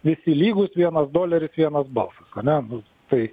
visi lygūs vienas doleris vienas balsas ane nu tai